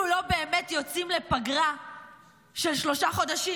לא באמת יוצאים לפגרה של שלושה חודשים,